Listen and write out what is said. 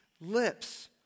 Lips